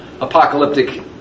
apocalyptic